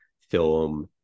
film